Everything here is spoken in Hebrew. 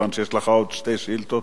כיוון שיש לך עוד שתי שאילתות.